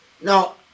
Now